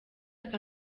aka